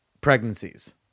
pregnancies